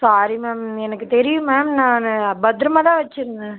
sorry ma'am எனக்கு தெரியும் ma'am நான் பத்திரமா தான் வச்சிருந்தேன்